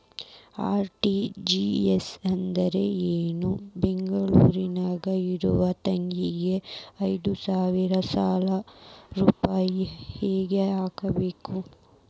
RTGS ಅಂದ್ರ ಏನು ಮತ್ತ ಬೆಂಗಳೂರದಾಗ್ ಇರೋ ನನ್ನ ತಂಗಿಗೆ ಐವತ್ತು ಸಾವಿರ ರೂಪಾಯಿ ಹೆಂಗ್ ಹಾಕಬೇಕು?